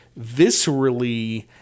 viscerally